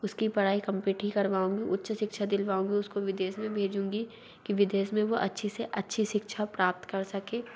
उसकी पढ़ाई कम्पीट ही करवाऊँगी उच्च शिक्षा दिलवाऊँगी उसको विदेश में भेजूँगी कि विदेश में वो अच्छी से अच्छी शिक्षा प्राप्त कर सके